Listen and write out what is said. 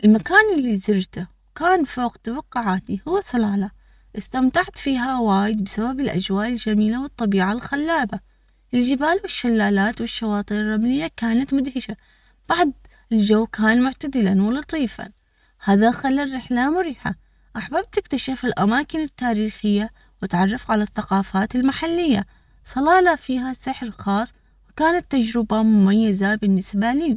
المكان اللي زرته كان فوق توقعاتي. هو صلالة إستمتعت فيها وايد بسبب الأجواء الجميلة والطبيعة الخلابة، الجبال والشلالات والشواطر الرملية كانت مدهشة، بعد الجو كان معتدلا ولطيفًا هذا خلى الرحلة مريحة، أحببت إكتشف الأماكن التاريخية وتعرف على الثقافات المحلية.